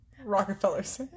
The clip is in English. Rockefellers